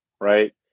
right